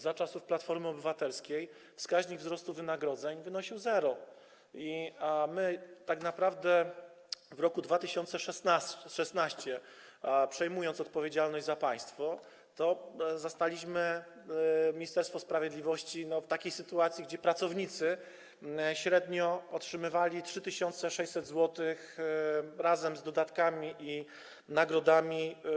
Za czasów Platformy Obywatelskiej wskaźnik wzrostu wynagrodzeń wynosił zero, a my tak naprawdę w roku 2016, przejmując odpowiedzialność za państwo, zastaliśmy Ministerstwo Sprawiedliwości w takiej sytuacji, że pracownicy otrzymywali średnio 3600 zł miesięcznie, razem z dodatkami i nagrodami.